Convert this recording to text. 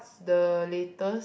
the latest